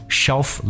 shelf